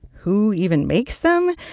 who even makes them?